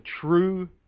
true